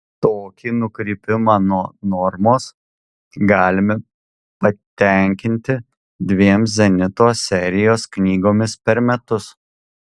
tokį nukrypimą nuo normos galime patenkinti dviem zenito serijos knygomis per metus